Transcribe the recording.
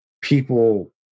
people